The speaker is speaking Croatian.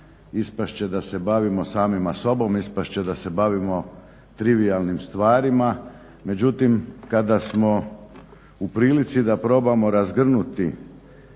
ispast će da se bavimo samima sobom, ispast će da se bavimo trivijalnim stvarima. Međutim, kada smo u prilici da moramo razgrnuti